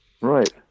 Right